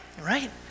right